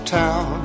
town